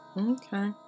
Okay